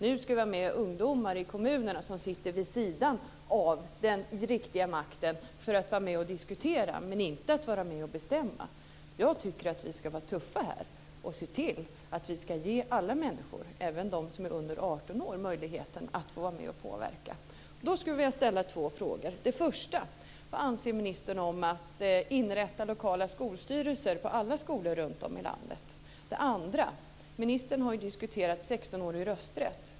Nu ska vi ha med ungdomar i kommunerna som sitter vid sidan av den riktiga makten för att vara med och diskutera men inte att bestämma. Jag tycker att vi ska vara tuffa här och se till att vi ska ge alla människor, även dem som är under 18 år möjligheten, att få vara med och påverka. Då skulle jag vilja ställa två frågor: Vad anser ministern om att inrätta lokala skolstyrelser på alla skolor runtom i landet? Ministern har diskuterat rösträtt för 16-åringar.